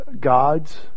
God's